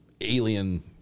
alien